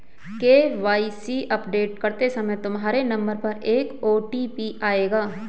KYC update करते समय तुम्हारे नंबर पर एक ओ.टी.पी आएगा